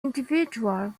individual